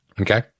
okay